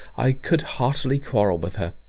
i could heartily quarrel with her.